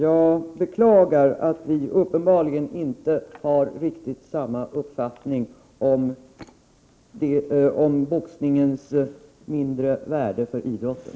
Jag beklagar att vi uppenbarligen inte har riktigt samma uppfattning om boxningens mindre värde för idrotten.